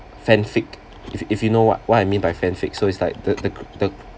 fanfic if if you know what what I mean by fanfic so it's like the the the